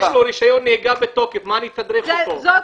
בסוף בסוף,